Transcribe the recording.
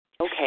Okay